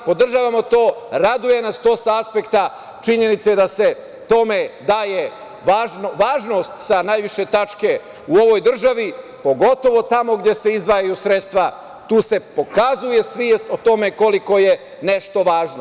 Podržavam to, raduje nas to sa aspekta činjenice da se tome daje važnost sa najviše tačke u ovoj državi, pogotovo tamo gde se izdvajaju sredstva tu se pokazuje svest o tome koliko je nešto važno.